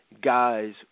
guys